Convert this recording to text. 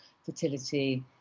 fertility